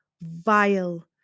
vile